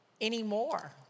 anymore